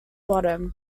bottom